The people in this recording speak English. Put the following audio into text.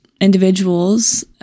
individuals